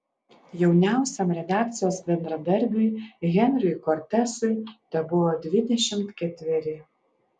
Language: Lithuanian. jauniausiam redakcijos bendradarbiui henriui kortesui tebuvo dvidešimt ketveri